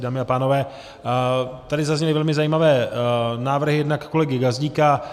Dámy a pánové, tady zazněly velmi zajímavé návrhy, jednak kolegy Gazdíka.